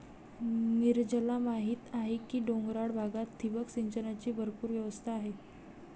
नीरजला माहीत आहे की डोंगराळ भागात ठिबक सिंचनाची भरपूर व्यवस्था आहे